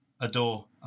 Adore